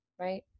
right